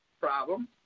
problem